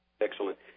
Excellent